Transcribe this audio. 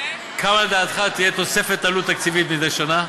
כמה לדעתך תהיה תוספת עלות תקציבית מדי שנה?